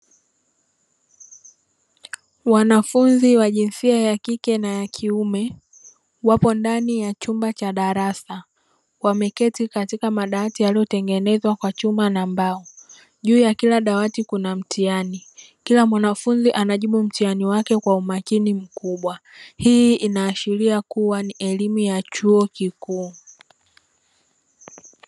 Wanafunzi wa jinsia ya kike na ya kiume, wapo ndani ya chumba cha darasa; wameketi katika madawati yaliyotengenezwa kwa chuma na mbao. Juu ya kila dawati kuna mtihani, kila mwanafunzi anajibu mtihani wake kwa umakini mkubwa. Hii inaashiria kuwa ni elimu ya chuo kikuu.